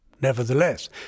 Nevertheless